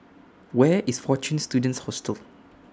Where IS Fortune Students Hostel